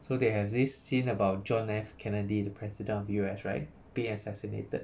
so they have this scene about john F kennedy the president of U_S right being assassinated